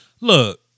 Look